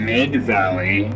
Mid-Valley